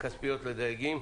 הכספיות לדייגים.